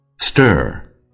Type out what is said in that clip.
Stir